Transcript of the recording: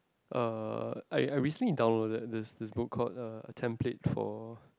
uh I I recently downloaded this this book called uh A Template for